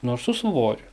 nors su svoriu